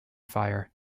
fire